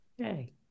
Okay